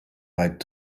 weit